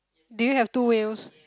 do you have two wheels